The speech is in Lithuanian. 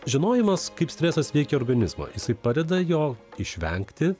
žinojimas kaip stresas veikia organizmą jisai padeda jo išvengti